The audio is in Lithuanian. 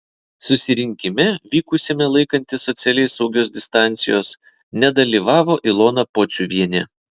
susirinkime vykusiame laikantis socialiai saugios distancijos nedalyvavo ilona pociuvienė